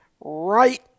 right